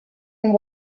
and